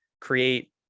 create